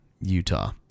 Utah